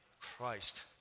Christ